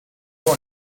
torn